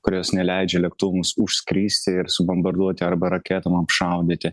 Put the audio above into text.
kurios neleidžia lėktuvams užskristi ir subombarduoti arba raketom apšaudyti